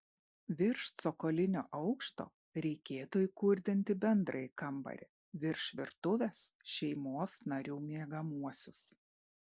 virš cokolinio aukšto reikėtų įkurdinti bendrąjį kambarį virš virtuvės šeimos narių miegamuosius